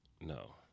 No